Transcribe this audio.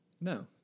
No